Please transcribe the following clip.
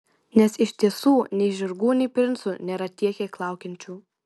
nes iš tiesų nei žirgų nei princų nėra tiek kiek laukiančių